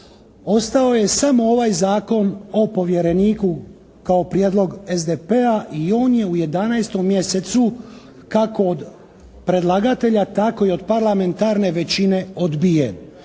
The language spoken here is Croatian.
ostao je samo ovaj zakon o povjereniku kao prijedlog SDP-a i on je u jedanaestom mjesecu kako od predlagatelja tako i od parlamentarne većine odbijen.